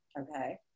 Okay